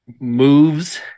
moves